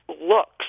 looks